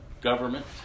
government